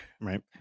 right